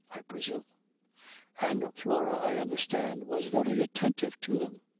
i presume and flora, i understand, was very attentive to them.